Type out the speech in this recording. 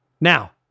Now